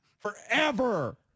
forever